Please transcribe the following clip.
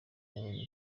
yabonye